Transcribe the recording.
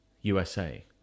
USA